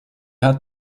hat